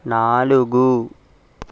నాలుగు